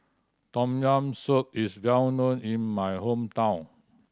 Tom Yam Soup is well known in my hometown